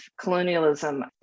colonialism